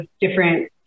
different